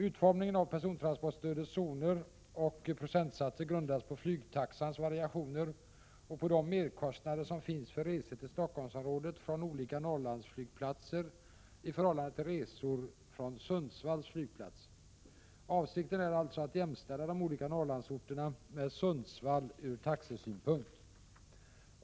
Utformningen av persontransportstödets zoner och procentsatser grundas på flygtaxans variationer och på de merkostnader som finns för resor till Stockholmsområdet från olika Norrlandsflygplatser i förhållande till resor från Sundsvalls flygplats. Avsikten är alltså att jämställa de olika Norrlandsorterna med Sundsvall ur taxesynpunkt.